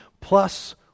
plus